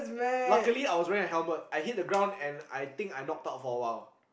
luckily I was wearing a helmet I hit the ground and I think I knocked out for a while